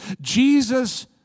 Jesus